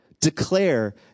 Declare